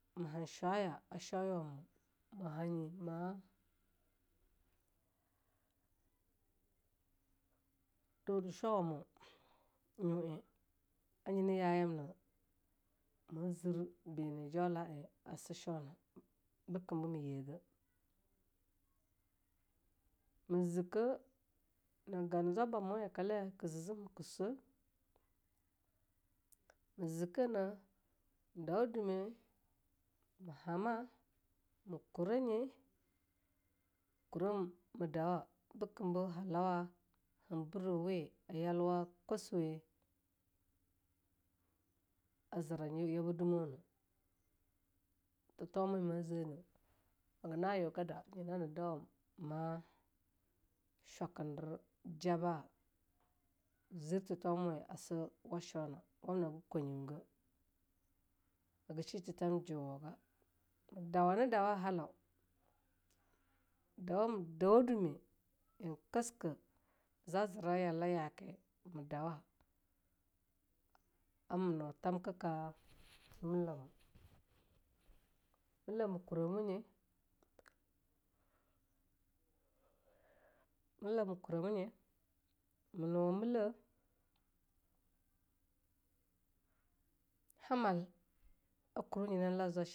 Ma ham shwaya a shoeyawamu ma haye ma-duna shwawa moe yuae a yena ya'amna ma zir ne jaula ei a se shouna bakim be ma yege. me zike na gen zwabamo a yakalai ke zi zenhae ke swe, me zikene dauwa dume, me hama, me kurenye, kure me dauwa bekim be halawa ha birau we a yalwa kosuwe-a ziranye yabadumone. tethaumawe ma zene, hagana yoegada yene hana dawam me shwakadir jaba'a, zi tethamwe a sa wa shoe a wamna haga kweyiwege haga shi tetham juwoga. me dawanadawa halau the dawa me dawa dume en kesike za zira yalayake me dauwa, a me nuwa tamkeka millamoe, millamoe a kuremoe nye, millamoe a kuremoe nye, ma nuwa mille-hamal a kurwanye na la zwai shirana.